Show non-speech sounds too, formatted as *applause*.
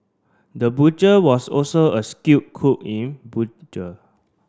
the butcher was also a skilled cook in *unintelligible*